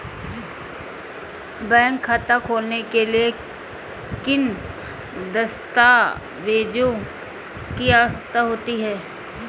Bank खाता खोलने के लिए किन दस्तावेजों की आवश्यकता होती है?